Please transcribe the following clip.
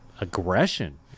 aggression